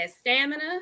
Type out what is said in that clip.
stamina